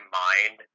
mind